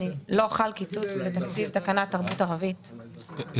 לא חל קיצוץ בתקציב תקנת תרבות ערבית בשנת 2020. אני